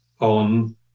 on